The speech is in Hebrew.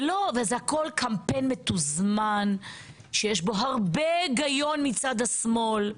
וזה הכול קמפיין מתוזמן שיש בו הרבה היגיון מצד השמאל,